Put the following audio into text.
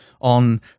on